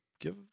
Give